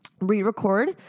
re-record